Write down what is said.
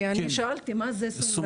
כי אני שאלתי קודם מה זה סומנרי.